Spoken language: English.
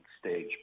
stage